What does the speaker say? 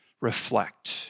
reflect